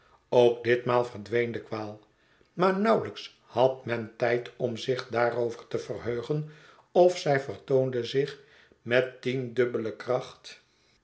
ook ditmaal verdween de kwaal maar nauwelijks had men tijd om zich daarover te verheugen of zij vertoonde zich met tiendubbele kracht